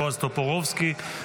בועז טופורובסקי,